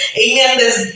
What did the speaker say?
amen